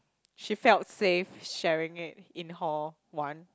she felt safe sharing it in hall one